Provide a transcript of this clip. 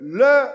le